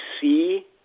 see